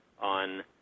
on